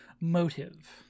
motive